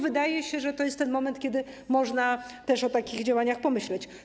Wydaje się, że to jest ten moment, kiedy można też o takich działaniach pomyśleć.